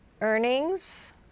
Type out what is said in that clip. earnings